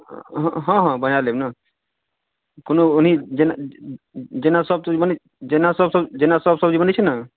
हँ हँ बना लेब ने कोनो ओहन जेना जेना सभ सब्जी बनै जेना सभ सब्जी जेना सभ सब्जी बनै छै ने